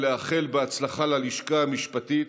ולאחל הצלחה ללשכה המשפטית,